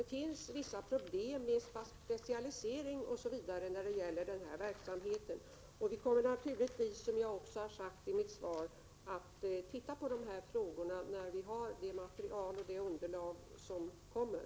Det finns vissa problem i fråga om specialisering osv. när det gäller den här verksamheten. Som jag har sagt i mitt svar kommer vi naturligtvis att se på de här frågorna sedan vi har fått det material och det underlag som kommer.